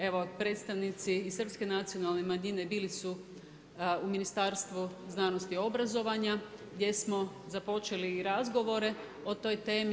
Evo predstavnici i srpske nacionalne manjine bili su u Ministarstvu znanosti i obrazovanja gdje smo započeli i razgovore o toj temi.